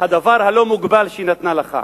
הדבר הלא-מוגבל שהיא נתנה לך.